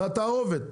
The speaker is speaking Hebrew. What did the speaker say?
מהתערובת,